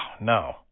no